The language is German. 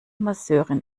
masseurin